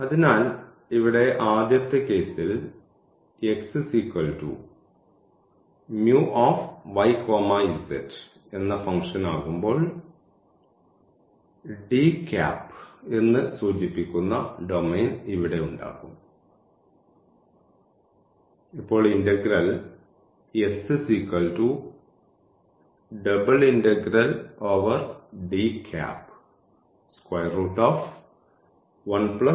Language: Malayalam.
അതിനാൽ ഇവിടെ ആദ്യത്തെ കേസിൽ xμyz എന്ന ഫങ്ക്ഷൻ ആകുമ്പോൾ എന്ന് സൂചിപ്പിക്കുന്ന ഡൊമെയ്ൻ ഇവിടെ ഉണ്ടാകും ഇപ്പോൾ ഇന്റഗ്രൽ എന്നാകും